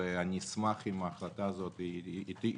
אני אשמח אם ההחלטה הזאת תשונה.